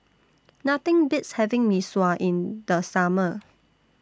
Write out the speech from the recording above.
Nothing Beats having Mee Sua in The Summer